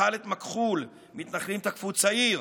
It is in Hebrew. בח'לת מכחול מתנחלים תקפו צעיר,